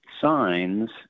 signs